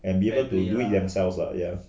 fair play lah